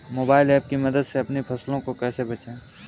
Mobile app की मदद से अपनी फसलों को कैसे बेचें?